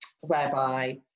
whereby